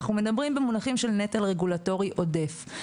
אנחנו מדברים במונחים של נטל רגולטורי עודף.